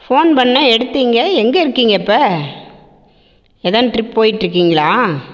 phone பண்ணிணேன் எடுத்தீங்க எங்கே இருக்கீங்க இப்போ தான் ட்ரிப் போயிட்ருக்கீங்களா